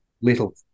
little